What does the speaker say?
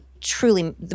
truly